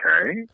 Okay